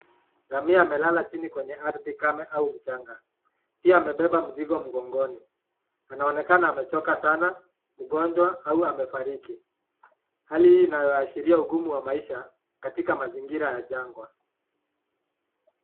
Ngamia amelala chini kwenye ardhi kame au mchanga. Pia amebeba mzigo mgongoni . Anaonekana amechoka sana , mgonjwa au amefariki. Hali hii inayoashiria ugumu wa maisha katika mazingira ya jangwa .